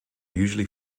usually